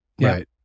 Right